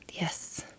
Yes